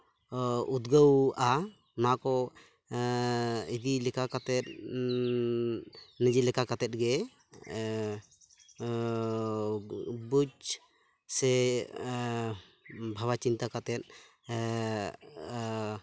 ᱩᱫᱽᱜᱟᱹᱣᱼᱟ ᱚᱱᱟ ᱠᱚ ᱤᱫᱤ ᱞᱮᱠᱟ ᱠᱟᱛᱮᱫ ᱱᱤᱡᱮ ᱞᱮᱠᱟ ᱠᱟᱛᱮᱫ ᱜᱮ ᱵᱩᱡᱽ ᱥᱮ ᱵᱷᱟᱵᱽᱱᱟ ᱪᱤᱱᱛᱟᱹ ᱠᱟᱛᱮᱫ